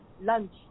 lunch